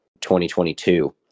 2022